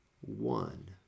one